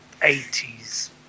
80s